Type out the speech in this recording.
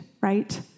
right